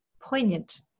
poignant